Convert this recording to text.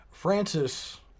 Francis